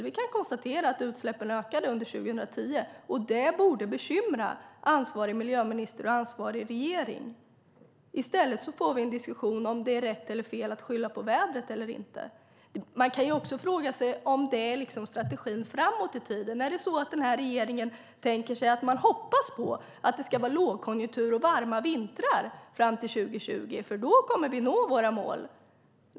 Vi kan konstatera att utsläppen ökade under 2010, och det borde bekymra ansvarig miljöminister och ansvarig regering. I stället får vi en diskussion om det är rätt eller fel att skylla på vädret. Man kan också fråga sig om detta är strategin framåt i tiden. Är det så att den här regeringen hoppas på att det ska vara lågkonjunktur och varma vintrar fram till 2020 och att vi då kommer att nå våra mål.